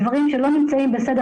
גם אולי על דברים שלא נמצאים בסדר